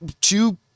Two